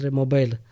mobile